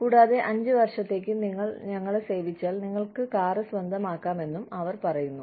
കൂടാതെ അഞ്ച് വർഷത്തേക്ക് നിങ്ങൾ ഞങ്ങളെ സേവിച്ചാൽ നിങ്ങൾക്ക് കാർ സ്വന്തമാക്കാമെന്നും അവർ പറയുന്നു